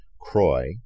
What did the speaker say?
Croy